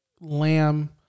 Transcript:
Lamb